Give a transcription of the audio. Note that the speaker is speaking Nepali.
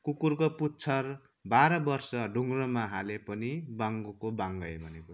कुकुरको पुच्छर बाह्र वर्ष ढङ्ग्रोमा हाले पनि बाङ्गोको बाङ्गै भनेको